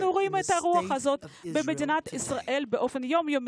אנחנו רואים את הרוח הזאת במדינת ישראל יום-יום.